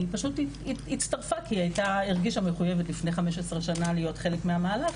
היא פשוט הצטרפה כי היא הרגישה מחויבת לפני 15 שנה להיות חלק מהמהלך,